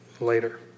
later